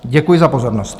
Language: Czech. Děkuji za pozornost.